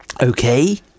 Okay